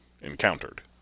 encountered